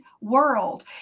world